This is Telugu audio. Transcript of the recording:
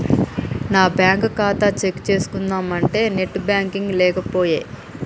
నా బ్యేంకు ఖాతా చెక్ చేస్కుందామంటే నెట్ బాంకింగ్ లేకనేపాయె